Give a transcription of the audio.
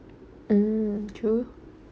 hmm true